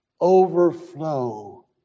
overflow